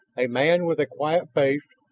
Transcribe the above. a man with a quiet face,